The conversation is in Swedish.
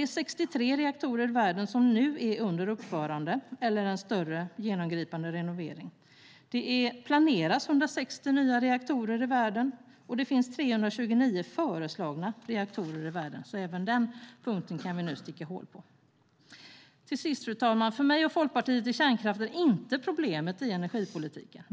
är 63 reaktorer i världen som nu är under uppförande eller genomgripande renovering. Det planeras 160 nya reaktorer i världen, och det finns 329 föreslagna reaktorer. Även detta påstående kan vi alltså sticka hål på. Fru talman! För mig och Folkpartiet är kärnkraften inte problemet i energipolitiken.